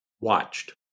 watched